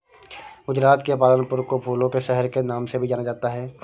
गुजरात के पालनपुर को फूलों के शहर के नाम से भी जाना जाता है